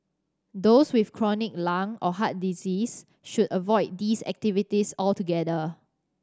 those with chronic lung or heart disease should avoid these activities altogether